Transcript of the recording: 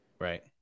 right